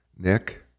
Nick